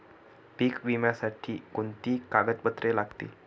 पीक विम्यासाठी कोणती कागदपत्रे लागतील?